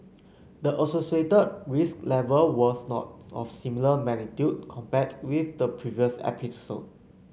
the associated risk level was not of similar magnitude compared with the previous episode